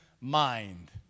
mind